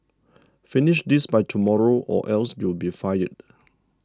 finish this by tomorrow or else you'll be fired